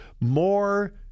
more